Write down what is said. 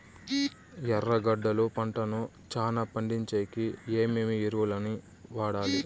ఎర్రగడ్డలు పంటను చానా పండించేకి ఏమేమి ఎరువులని వాడాలి?